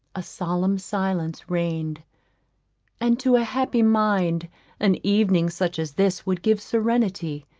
a solemn silence reigned and to a happy mind an evening such as this would give serenity,